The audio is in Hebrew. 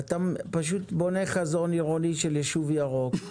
ואתה פשוט בונה חזון עירוני של יישוב ירוק,